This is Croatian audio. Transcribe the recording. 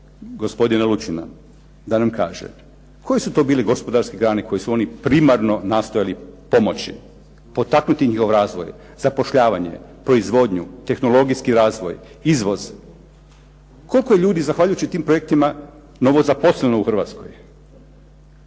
gospodina Lučina da nam kaže koje su to bile gospodarske grane koje su oni primarno nastojali pomoći, potaknuti njihov razvoj, zapošljavanje, proizvodnju, tehnologijski razvoj, izvoz. Koliko je ljudi zahvaljujući tim projektima novozaposleno u Hrvatskoj?